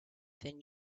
then